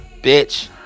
bitch